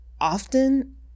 often